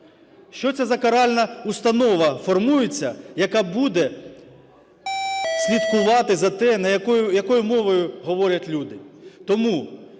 Що це за каральна установа формується, яка буде слідкувати за тим, якою мовою говорять люди.